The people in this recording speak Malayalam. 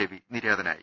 രവി നിര്യാതനായി